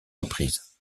reprises